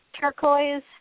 turquoise